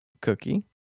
Cookie